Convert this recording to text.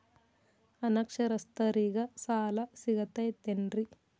ಅನಕ್ಷರಸ್ಥರಿಗ ಸಾಲ ಸಿಗತೈತೇನ್ರಿ?